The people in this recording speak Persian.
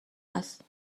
است